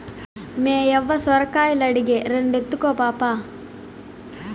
మేయవ్వ సొరకాయలడిగే, రెండెత్తుకో పాపా